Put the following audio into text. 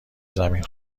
زمین